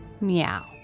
meow